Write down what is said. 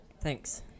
Thanks